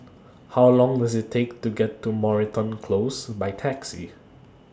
How Long Does IT Take to get to Moreton Close By Taxi